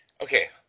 okay